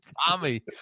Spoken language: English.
Tommy